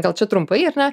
gal čia trumpai ar ne